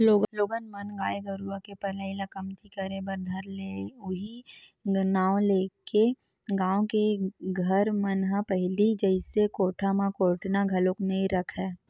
लोगन मन गाय गरुवा के पलई ल कमती करे बर धर ले उहीं नांव लेके गाँव घर के मन ह पहिली जइसे कोठा म कोटना घलोक नइ रखय